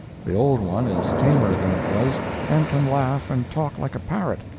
the old one is tamer than it was and can laugh and talk like a parrot,